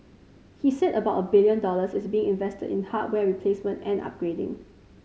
he said about a billion dollars is being invested in hardware replacement and upgrading